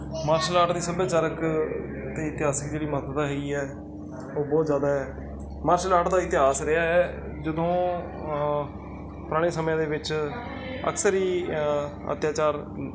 martial art ਦੀ ਸੱਭਿਆਚਾਰਕ ਅਤੇ ਇਤਿਹਾਸਿਕ ਜਿਹੜੀ ਮਹੱਤਤਾ ਹੈਗੀ ਹੈ ਉਹ ਬਹੁਤ ਜ਼ਿਆਦਾ ਹੈ ਮਾਰਸ਼ਲ ਆਰਟ ਦਾ ਇਤਿਹਾਸ ਰਿਹਾ ਹੈ ਜਦੋਂ ਪੁਰਾਣੇ ਸਮਿਆਂ ਦੇ ਵਿੱਚ ਅਕਸਰ ਹੀ ਅੱਤਿਆਚਾਰ